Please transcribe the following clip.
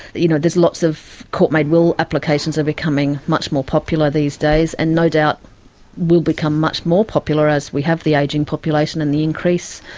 you know there's lots of court-made will applications are becoming much more popular these days, and no doubt will become much more popular as we have the ageing population and the increase,